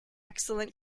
excellent